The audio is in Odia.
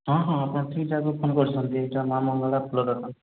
ହଁ ହଁ ଆପଣ ଠିକ୍ ଜାଗାକୁ ଫୋନ୍ କରିଛନ୍ତି ଏଇଟା ମା' ମଙ୍ଗଳା ଫୁଲ ଦୋକାନ